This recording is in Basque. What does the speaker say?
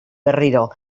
berriro